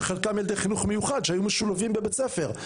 שחלקם ילדי חינוך מיוחד שהיו משולבים בבית הספר.